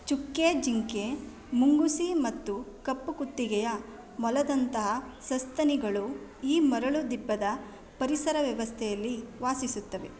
ಚುಕ್ಕೆ ಜಿಂಕೆ ಮುಂಗುಸಿ ಮತ್ತು ಕಪ್ಪು ಕುತ್ತಿಗೆಯ ಮೊಲದಂಥಹ ಸಸ್ತನಿಗಳು ಈ ಮರಳು ದಿಬ್ಬದ ಪರಿಸರ ವ್ಯವಸ್ಥೆಯಲ್ಲಿ ವಾಸಿಸುತ್ತವೆ